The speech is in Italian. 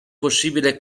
possibile